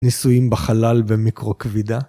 ניסויים בחלל ומיקרו כבידה?